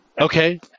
Okay